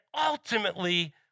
ultimately